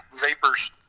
vapors